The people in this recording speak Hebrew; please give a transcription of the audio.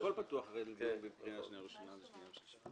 הכול פתוח בין קריאה ראשונה לקריאה שנייה ושלישית.